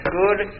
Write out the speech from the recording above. good